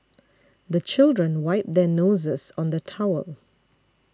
the children wipe their noses on the towel